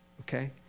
Okay